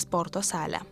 sporto salę